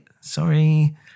Sorry